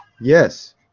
Yes